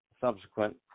subsequent